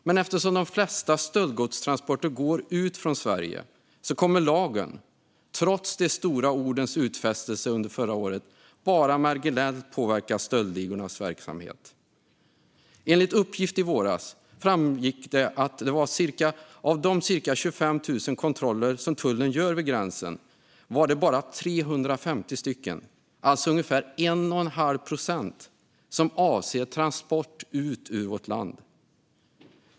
Men eftersom de flesta stöldgodstransporter går ut från Sverige kommer lagen, trots de stora ordens utfästelser under förra året, bara att marginellt påverka stöldligornas verksamhet. Enligt uppgift i våras framgick det att av de cirka 25 000 kontroller som tullen gör vid gränsen var det bara 350 stycken, alltså ungefär 1,5 procent, som avsåg transport ut ur vårt land.